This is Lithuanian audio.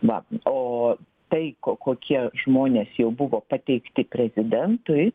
na o tai ko kokie žmonės jau buvo pateikti prezidentui